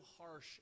harsh